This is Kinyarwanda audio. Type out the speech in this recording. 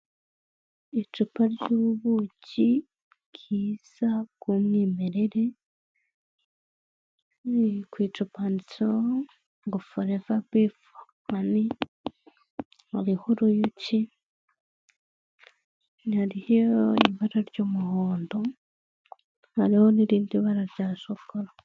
Icupa ry'ubuki bwiza bw'umwimerere, ku icupa handitseho ngo foreva bi hani, hariho uruyuki, hariho ibara ry'umuhondo n'irindi bara rya shokora.